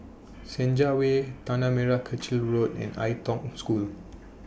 Senja Way Tanah Merah Kechil Road and Ai Tong School